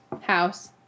House